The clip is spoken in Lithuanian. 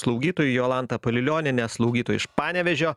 slaugytojų jolanta palilionienė slaugytoja iš panevėžio